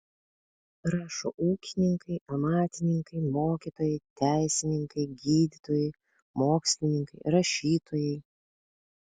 rašo ūkininkai amatininkai mokytojai teisininkai gydytojai mokslininkai rašytojai